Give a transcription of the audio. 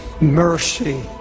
mercy